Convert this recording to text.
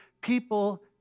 people